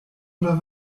oder